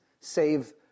save